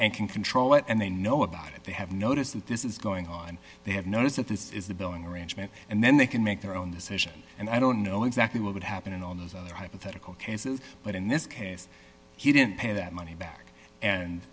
and can control it and they know about it they have notice that this is going on they have notice that this is a billing arrangement and then they can make their own decision and i don't know exactly what would happen in all those other hypothetical cases but in this case he didn't pay that money back and